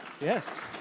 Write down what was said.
yes